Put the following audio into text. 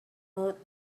mood